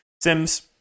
Sims